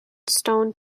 stoned